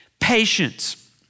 Patience